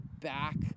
back